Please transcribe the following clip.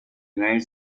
united